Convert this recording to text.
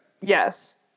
Yes